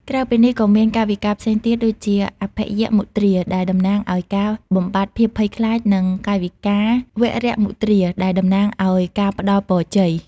ក្រៅពីនេះ ក៏មានកាយវិការផ្សេងទៀតដូចជា អភយមុទ្រា ដែលតំណាងឱ្យការបំបាត់ភាពភ័យខ្លាច និងកាយវិការ វរមុទ្រា ដែលតំណាងឱ្យការផ្ដល់ពរជ័យ។